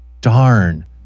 Darn